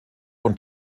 und